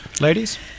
ladies